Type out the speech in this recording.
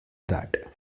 that